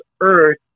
earth